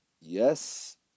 Yes